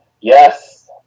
Yes